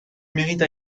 mérite